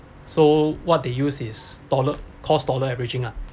so what they use is dollar cost dollar averaging ah